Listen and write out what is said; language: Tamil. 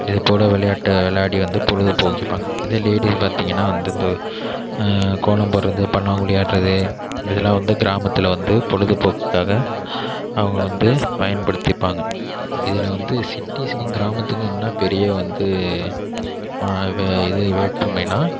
இதே போல் விளையாட்டை விளையாடி வந்து பொழுதை போக்கிப்பாங்க இதிலேயே டெய்லி பார்த்திங்ன்னா வந்து இந்த கோலம் போடுவது பல்லாங்குழி ஆடுவது இதெலாம் வந்து கிராமத்தில் வந்து பொழுதுபோக்குக்காக அவங்க வந்து பயன்படுத்திப்பாங்க இதில் வந்து சிட்டிஸ்க்கும் கிராமத்துக்கும் என்ன பெரிய வந்து இது வேற்றுமைனால்